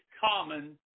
common